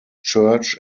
church